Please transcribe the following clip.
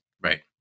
Right